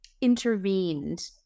intervened